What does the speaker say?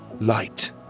Light